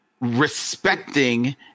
respecting